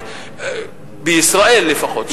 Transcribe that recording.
בישראל לפחות,